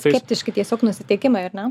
skeptiški tiesiog nusiteikimai ar ne